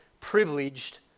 privileged